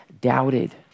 doubted